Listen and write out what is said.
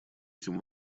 этим